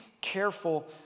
careful